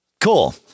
Cool